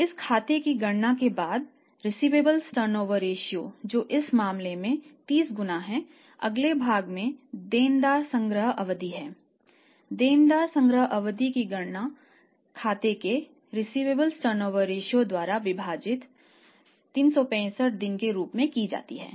इस खाते की गणना के बाद रिसीवेबल्स टर्नओवर रेश्यो द्वारा विभाजित 365 के रूप में की जाती है